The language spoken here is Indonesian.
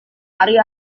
hari